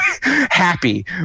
Happy